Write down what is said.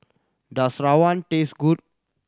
does rawon taste good